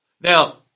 Now